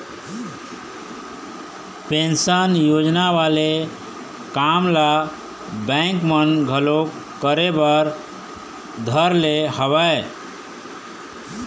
pension योजना वाले काम ल बेंक मन घलोक करे बर धर ले हवय